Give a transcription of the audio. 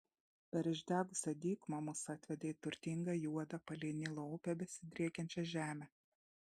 per išdegusią dykumą mus atvedė į turtingą juodą palei nilo upę besidriekiančią žemę